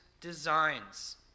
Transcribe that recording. designs